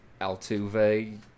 Altuve